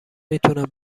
میتونم